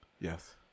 Yes